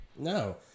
No